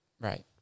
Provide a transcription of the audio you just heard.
Right